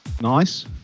Nice